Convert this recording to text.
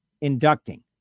inducting